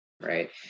right